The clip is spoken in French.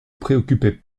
préoccupez